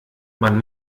man